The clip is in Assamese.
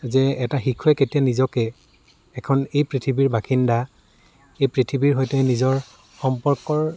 যে এটা শিশুৱে কেতিয়া নিজকে এখন এই পৃথিৱীৰ বাসিন্দা এই পৃথিৱীৰ সৈতে নিজৰ সম্পৰ্কৰ